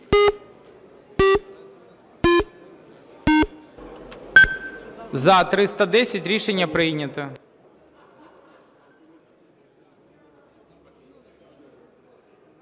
За-310 Рішення прийнято.